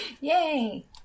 Yay